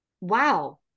wow